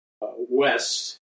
west